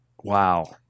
Wow